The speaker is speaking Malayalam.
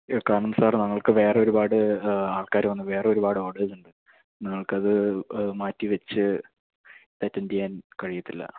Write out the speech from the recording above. യ്യോ കാരണം സാർ ഞങ്ങൾക്ക് വേറെയൊരുപാട് ആൾക്കാര് വന്ന് വേറെയൊരുപാട് ഓർഡേഴ്സുണ്ട് ഞങ്ങൾക്കത് മാറ്റിവെച്ച് അറ്റൻഡ് ചെയ്യാൻ കഴിയില്ല